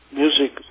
music